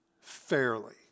fairly